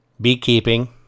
Beekeeping